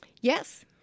Yes